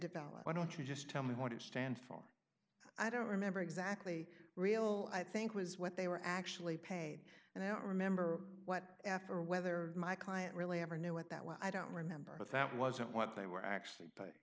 develop why don't you just tell me what it stands for i don't remember exactly real i think was what they were actually paid and i don't remember what f or whether my client really ever knew at that well i don't remember but that wasn't what they were actually but